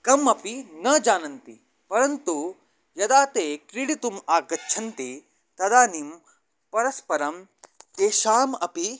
कम् अपि न जानन्ति परन्तु यदा ते क्रीडितुम् आगच्छन्ति तदानीं परस्परं तेषाम् अपि